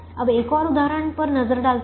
अब एक और उदाहरण पर नजर डालते हैं